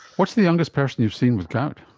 what's the youngest person you've seen with gout?